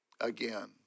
again